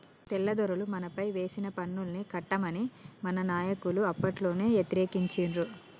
తెల్లదొరలు మనపైన వేసిన పన్నుల్ని కట్టమని మన నాయకులు అప్పట్లోనే యతిరేకించిండ్రు